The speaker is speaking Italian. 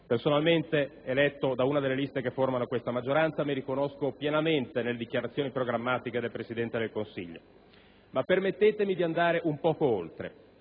Personalmente, eletto in una delle liste che formano questa maggioranza, mi riconosco pienamente nelle dichiarazioni programmatiche del Presidente del Consiglio, ma permettetemi di andare un poco oltre.